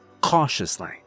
cautiously